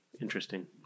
interesting